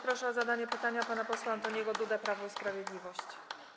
Proszę o zadanie pytania pana posła Antoniego Dudę, Prawo i Sprawiedliwość.